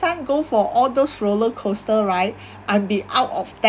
go for all those roller coaster right I'm be out of that